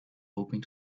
hoping